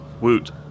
woot